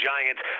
Giants